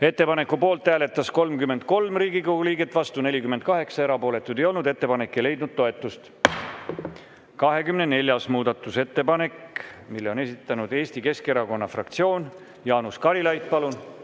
Ettepaneku poolt hääletas 34 Riigikogu liiget, vastu 50, erapooletuid ei olnud. Ettepanek ei leidnud toetust. 39. muudatusettepanek. Selle on esitanud Eesti Keskerakonna fraktsioon. Jaanus Karilaid, palun!